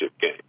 game